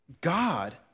God